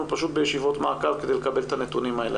בישיבות מעקב כדי לקבל את הנתונים האלה.